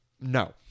No